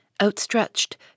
outstretched